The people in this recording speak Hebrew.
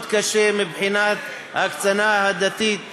מאוד קשה מבחינת ההקצנה הדתית,